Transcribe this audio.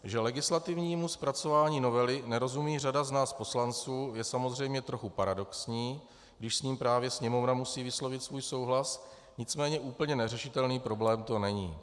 Že legislativnímu zpracování novely nerozumí řada z nás poslanců, je samozřejmě trochu paradoxní, když s ní právě Sněmovna musí vyslovit svůj souhlas, nicméně úplně neřešitelný problém to není.